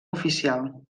oficial